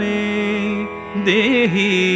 Dehi